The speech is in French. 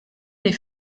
les